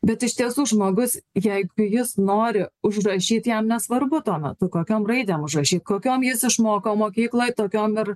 bet iš tiesų žmogus jeigu jis nori užrašyt jam nesvarbu tuo metu kokiom raidėm užrašyt kokiom jis išmoko mokykloj tokiom ir